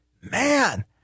Man